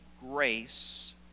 grace